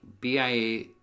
BIA